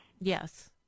Yes